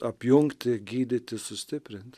apjungti gydyti sustiprinti